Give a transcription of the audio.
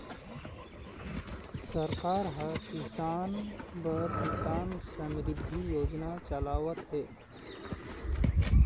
सरकार ह किसान बर किसान समरिद्धि योजना चलावत हे